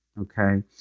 okay